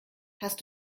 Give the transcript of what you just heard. hast